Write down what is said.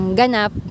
ganap